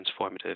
transformative